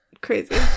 crazy